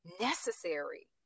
necessary